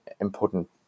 important